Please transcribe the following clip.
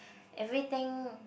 everything